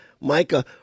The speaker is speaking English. micah